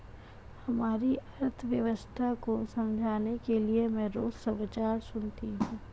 हमारी अर्थव्यवस्था को समझने के लिए मैं रोज समाचार सुनती हूँ